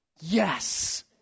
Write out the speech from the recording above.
Yes